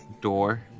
door